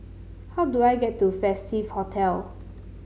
how do I get to Festive Hotel